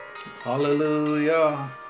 Hallelujah